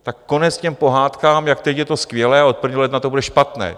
Tak konec těm pohádkám, jak teď je to skvělé, od 1. ledna to bude špatné.